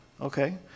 Okay